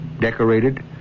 decorated